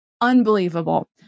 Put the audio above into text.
Unbelievable